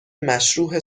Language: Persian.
مشروح